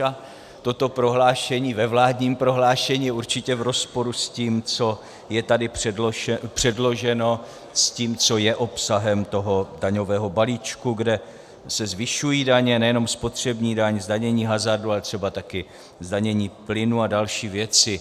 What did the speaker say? A toto prohlášení ve vládním prohlášení je určitě v rozporu s tím, co je tady předloženo, s tím, co je obsahem toho daňového balíčku, kde se zvyšují daně, nejenom spotřební daň, zdanění hazardu, ale třeba taky zdanění plynu a další věci.